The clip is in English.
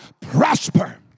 prosper